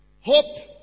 hope